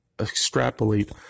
extrapolate